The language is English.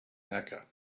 mecca